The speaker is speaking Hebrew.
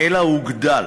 אלא הוגדל.